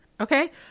okay